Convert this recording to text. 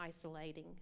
isolating